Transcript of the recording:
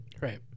Right